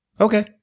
okay